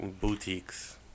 Boutiques